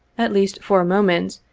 at least for a moment,